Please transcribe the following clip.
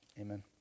Amen